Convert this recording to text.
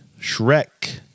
Shrek